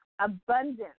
abundance